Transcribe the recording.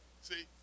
See